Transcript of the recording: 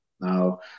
Now